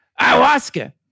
ayahuasca